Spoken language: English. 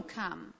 come